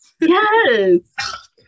Yes